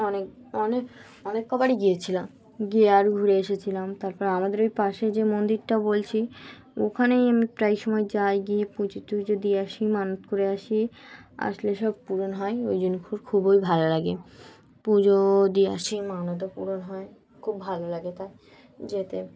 অনেক অনেক অনেক কবারই গিয়েছিলাম গিয়ে আর ঘুরে এসেছিলাম তারপর আমাদের ওই পাশে যে মন্দিরটা বলছি ওখানেই আমি প্রায় সময় যাই গিয়ে পুজো টুজো দিয়ে আসি মানত করে আসি আসলে সব পূরণ হয় ওই জন্য খুবই ভালো লাগে পুজো দিয়ে আসি মানতও পূরণ হয় খুব ভালো লাগে তাই যেতে